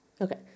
Okay